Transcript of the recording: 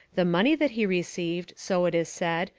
the money that he received, so it is said,